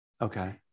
Okay